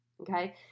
Okay